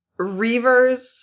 Reavers